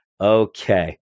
Okay